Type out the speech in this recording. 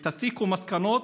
ותסיקו מסקנות,